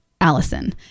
Allison